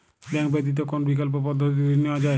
Bank ব্যতিত কোন বিকল্প পদ্ধতিতে ঋণ নেওয়া যায়?